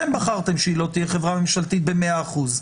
אתם בחרתם שהיא לא תהיה חברה ממשלתית במאה אחוז,